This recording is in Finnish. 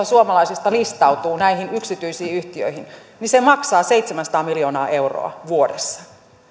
suomalaisista listautuu näihin yksityisiin yhtiöihin se maksaa seitsemänsataa miljoonaa euroa vuodessa